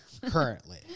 currently